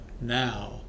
now